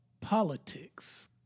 politics